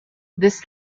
this